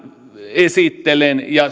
esittelen ja